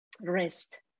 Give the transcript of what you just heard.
rest